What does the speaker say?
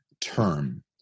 term